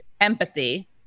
empathy